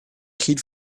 cyd